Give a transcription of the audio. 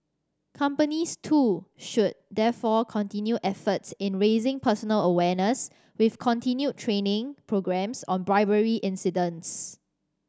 companies too should therefore continue efforts in raising personal awareness with continued training programmes on bribery incidents